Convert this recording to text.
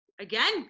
Again